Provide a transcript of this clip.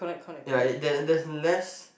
yeah it there there's less